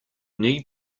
need